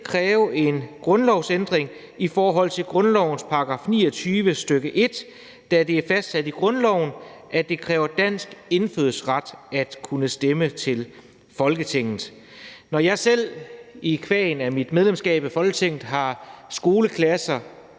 kræve en grundlovsændring i forhold til grundlovens § 29, stk. 1, da det er fastsat i grundloven, at det kræver dansk indfødsret at kunne stemme til Folketinget. Når jeg selv qua mit medlemskab af Folketinget har skoleklasser